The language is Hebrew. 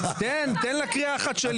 כן, תן לה קריאה אחת שלי.